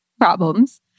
problems